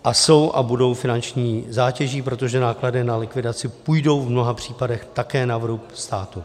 A jsou a budou finanční zátěží, protože náklady na likvidaci půjdou v mnoha případech také na vrub státu.